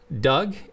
Doug